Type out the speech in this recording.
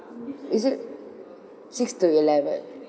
is it six to eleven